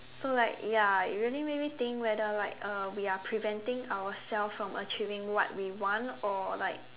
so like ya it really made me think whether like uh we are preventing ourselves from achieving what we want or like